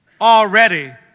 already